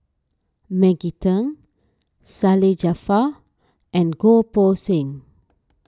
Maggie Teng Salleh Japar and Goh Poh Seng